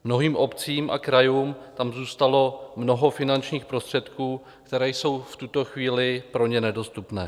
Mnohým obcím a krajům tam zůstalo mnoho finančních prostředků, které jsou v tuto chvíli pro ně nedostupné.